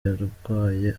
yarwaye